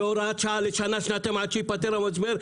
בהוראת שעה לשנה-שנתיים עד שייפתר המשבר,